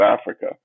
Africa